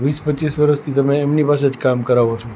વીસ પચીસ વર્ષથી તમે એમની પાસે જ કામ કરાવો છો